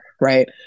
Right